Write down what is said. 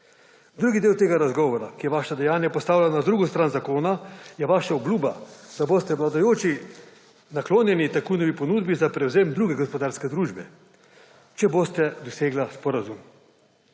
Drugi del tega razgovora, ki vaša dejanja postavlja na drugo stran zakona, je vaša obljuba, da boste vladajoči naklonjeni tajkunovi ponudbi za prevzem druge gospodarske družbe, če bosta dosegla sporazum.